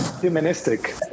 humanistic